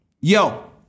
yo